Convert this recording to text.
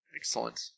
Excellent